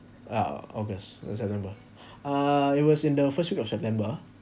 uh august or september ah it was in the first week of september